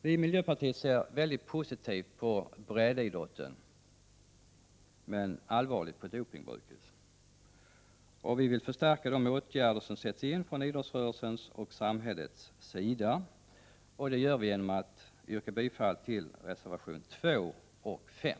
Vi i miljöpartiet ser positivt på breddidrotten, men allvarligt på bruket av dopningspreparat. Vi vill förstärka de åtgärder som sätts in från idrottsrörelsens och samhällets sida genom att yrka bifall till reservationerna 2 och 5.